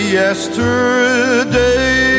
yesterday